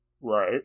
Right